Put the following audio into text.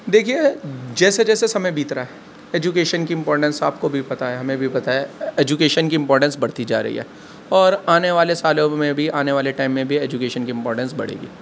دیکھئے جیسے جیسے سمے بیت رہا ہے ایجوکیشن کی امپورٹینس آپ کو بھی پتہ ہے ہمیں بھی پتہ ہے ایجوکیشن کی امپورٹینس بڑھتی جا رہی ہے اور آنے والے سالوں میں بھی آنے والے ٹائم میں بھی ایجوکیشن کی امپورٹینس بڑھے گی